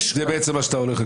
זה בעצם מה שאתה אומר.